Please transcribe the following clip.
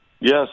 Yes